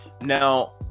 now